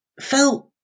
felt